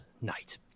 night